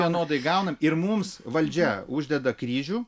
vienodai gaunam ir mums valdžia uždeda kryžių